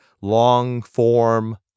long-form